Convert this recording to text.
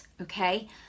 okay